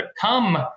come